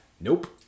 Nope